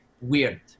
weird